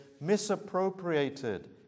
misappropriated